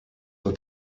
for